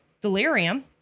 Delirium